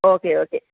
okay okay